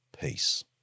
peace